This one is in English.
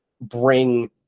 bring